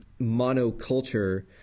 monoculture